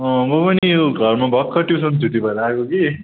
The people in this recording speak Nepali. अँ म पनि यो घरमा भर्खर ट्युसन छुट्टी भएर आएको कि